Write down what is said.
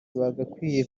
bagakwiye